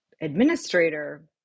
administrator